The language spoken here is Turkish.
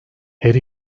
her